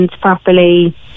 properly